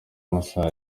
amasaha